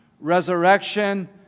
resurrection